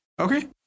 Okay